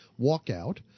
walkout